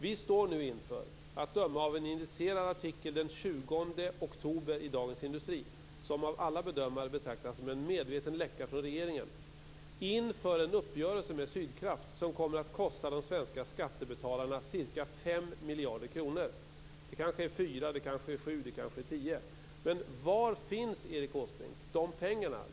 Vi står nu, att döma av en initierad artikel den 20 oktober i Dagens Industri, som av alla bedömare betraktas som en medveten läcka från regeringen, inför en uppgörelse med Sydkraft som kommer att kosta de svenska skattebetalarna ca 5 miljarder kronor. Det kanske är 4, 7 eller 10 miljarder. Var finns de pengarna, Erik Åsbrink?